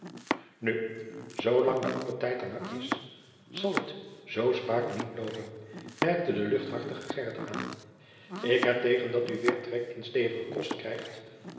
zoo lang de appetijt er maôr is zal het zoo spaôk niet loopen merkte de luchthartige gheryt aan ik heb teugen dat oe weêr trek in stevige kost krijgt